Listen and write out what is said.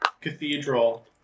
cathedral